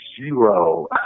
zero